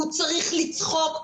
הוא צריך לצחוק,